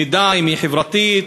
נדע אם היא חברתית,